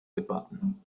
debatten